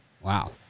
wow